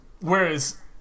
whereas